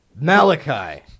Malachi